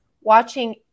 watching